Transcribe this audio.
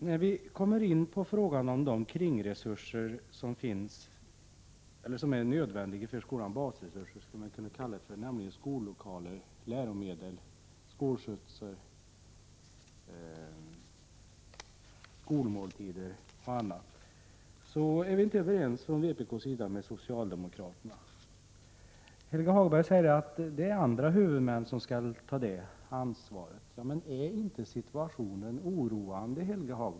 Herr talman! När vi kommer in på frågan om de kringresurser — eller basresurser — som är nödvändiga för skolan, nämligen skollokaler, läromedel, skolskjutsar, skolmåltider och annat, så är vi från vpk inte överens med socialdemokraterna. Helge Hagberg säger att det är andra huvudmän som skall ta ansvaret för detta. Men är inte situationen oroande, Helge Hagberg?